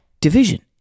division